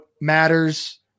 matters